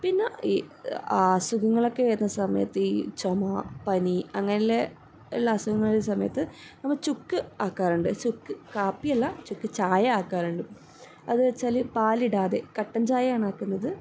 പിന്ന ഈ അസുഖങ്ങളൊക്കെ വരുന്ന സമയത്ത് ഈ ചുമ പനി അങ്ങനെയുള്ള അസുഖങ്ങളുള്ള സമയത്ത് നമ്മൾ ചുക്ക് ആക്കാറുണ്ട് ചുക്ക് കാപ്പിയല്ല ചുക്ക് ചായ ആക്കാറുണ്ട് അത് എന്താണെന്ന് വച്ചാൽ പാലിടാതെ കട്ടൻ ചായയാണ് ആക്കുന്നത്